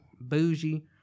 bougie